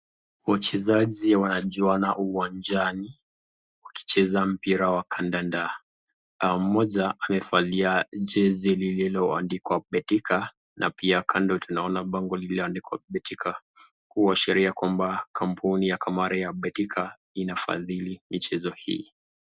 Wachezaji wanajuana uwanjani wakicheza mpira wa kandanda mmoja amevalia jezi lililoandikwa Betika na pia kando tunaona bango lililoandikwa Betika. Kuashiria kwamba kampuni ya kamare ya betika inafadhili michezo hii.